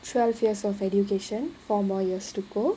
twelve years of education four more years to go